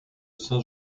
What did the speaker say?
saint